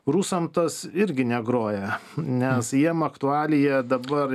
rusam tas irgi negroja nes jiem aktualija dabar